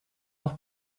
noch